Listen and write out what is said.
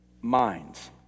minds